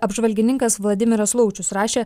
apžvalgininkas vladimiras laučius rašė